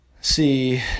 see